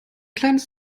kleines